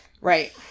Right